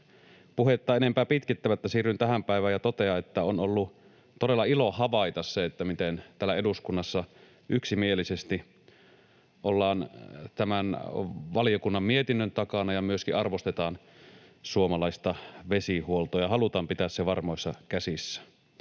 puhetta enempää pitkittämättä siirryn tähän päivään ja totean, että on ollut todella ilo havaita se, miten täällä eduskunnassa yksimielisesti ollaan tämän valiokunnan mietinnön takana ja myöskin arvostetaan suomalaista vesihuoltoa ja halutaan pitää se varmoissa käsissä.